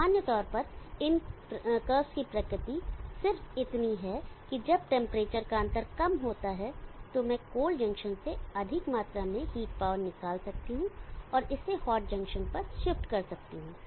सामान्य तौर पर इन कर्व्स की प्रकृति सिर्फ इतनी है कि जब टेंपरेचर का अंतर कम होता है तो मैं कोल्ड जंक्शन से अधिक मात्रा में हीट पावर निकाल सकता हूं और इसे हॉट जंक्शन पर शिफ्ट कर सकता हूं